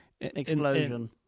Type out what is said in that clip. explosion